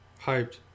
Hyped